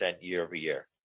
year-over-year